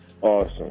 Awesome